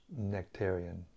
nectarian